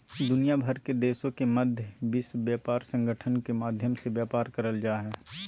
दुनिया भर के देशों के मध्य विश्व व्यापार संगठन के माध्यम से व्यापार करल जा हइ